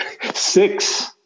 Six